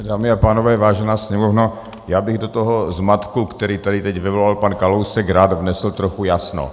Dámy a pánové, vážená sněmovno, já bych do toho zmatku, který tady teď vyvolal pan Kalousek rád vnesl trochu jasno.